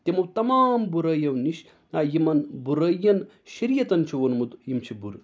تِمو تمام بُرٲیو نِش یا یِمَن بُرٲیَن شریعتَن چھُ ووٚنمُت یِم چھِ بُرٕ